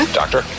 doctor